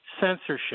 censorship